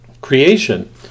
creation